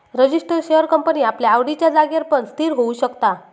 register share company आपल्या आवडिच्या जागेर पण स्थिर होऊ शकता